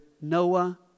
Noah